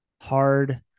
hard